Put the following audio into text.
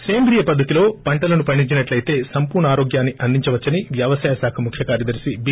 సేంద్రీయ పద్దతిలో పంటలను పండించినట్లయితే సంపూర్ణ ఆరోగ్యాన్ని అందించవచ్చని వ్యవసాయ శాఖ ముఖ్యకార్యదర్శి బి